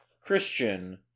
Christian